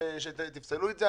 ראוי שתפסלו את זה?